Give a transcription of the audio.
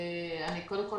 קודם כול,